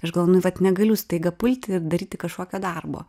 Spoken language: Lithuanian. aš gal nu vat negaliu staiga pulti ir daryti kažkokio darbo